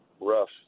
rough